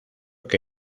que